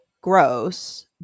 gross